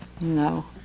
No